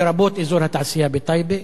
לרבות אזור התעשייה בטייבה.